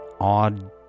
odd